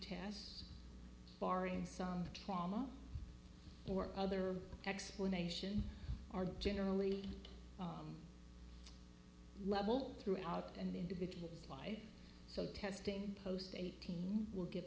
tests barring some trauma or other explanation are generally level throughout and individual's life so testing post eighteen will give